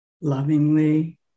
lovingly